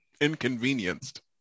Inconvenienced